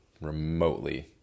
remotely